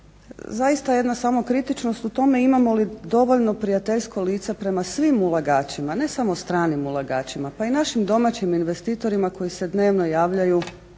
samo jedna samokritičnost u tome imamo li dovoljno prijateljsko lice prema svim ulagačima, ne samo prema stranim ulagačima, pa i našim domaćim investitorima koji se dnevno javljaju